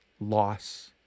loss